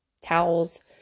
towels